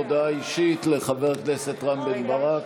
הודעה אישית לחבר הכנסת רם בן ברק,